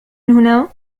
هنا